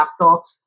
laptops